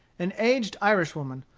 an aged irish woman,